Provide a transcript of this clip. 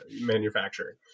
manufacturing